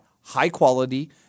high-quality